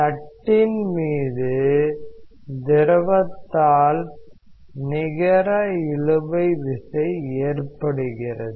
தட்டின் மீது திரவத்தால் நிகர இழுவை விசை ஏற்படுகிறது